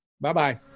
Bye-bye